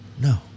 No